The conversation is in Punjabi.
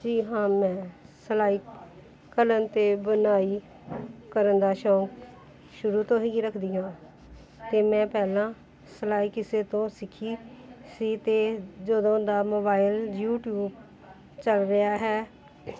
ਜੀ ਹਾਂ ਮੈਂ ਸਿਲਾਈ ਕਰਨ ਅਤੇ ਬੁਣਾਈ ਕਰਨ ਦਾ ਸ਼ੌਕ ਸ਼ੁਰੂ ਤੋਂ ਹੀ ਰੱਖਦੀ ਹਾਂ ਅਤੇ ਮੈਂ ਪਹਿਲਾਂ ਸਿਲਾਈ ਕਿਸੇ ਤੋਂ ਸਿੱਖੀ ਸੀ ਅਤੇ ਜਦੋਂ ਦਾ ਮੋਬਾਇਲ ਯੂਟੀਊਬ ਚੱਲ ਰਿਹਾ ਹੈ